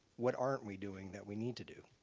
what aren't we doing that we need to do?